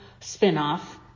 spinoff